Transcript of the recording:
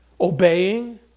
obeying